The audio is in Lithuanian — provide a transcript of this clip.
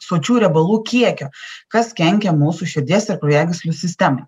sočių riebalų kiekio kas kenkia mūsų širdies ir kraujagyslių sistemai